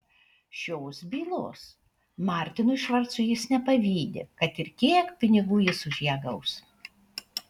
šios bylos martinui švarcui jis nepavydi kad ir kiek pinigų jis už ją gaus